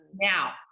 Now